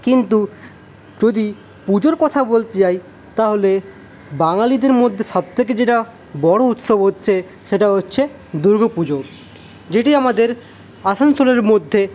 কিন্তু যদি পুজোর কথা বলতে যাই তাহলে বাঙালিদের মধ্যে সবথেকে যেটা বড়ো উৎসব হচ্ছে সেটা হচ্ছে দুর্গা পুজো যেটি আমাদের আসানসোলের মধ্যে